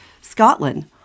Scotland